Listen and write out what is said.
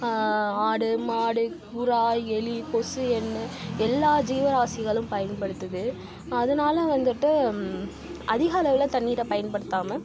ஆடு மாடு புறா எலி கொசு எல்லா ஜீவராசிகளும் பயன்படுத்துது அதனால் வந்துட்டு அதிக அளவில் தண்ணீரை பயன்படுத்தாமல்